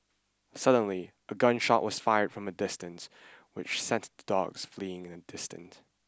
suddenly a gun shot was fired from a distance which sent the dogs fleeing in the distant